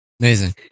Amazing